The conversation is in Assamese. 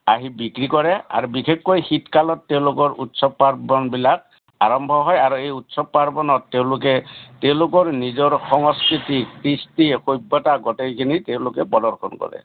আহি বিক্ৰী কৰে আৰু বিশেষকৈ শীতকালত তেওঁলোকৰ উৎসৱ পাৰ্বণবিলাক আৰম্ভ হয় আৰু এই উৎসৱ পাৰ্বণত তেওঁলোকে তেওঁলোকৰ নিজৰ সংস্কৃতি কৃষ্টি সভ্যতা গোটেইখিনি তেওঁলোকে প্ৰদৰ্শন কৰে